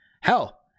Hell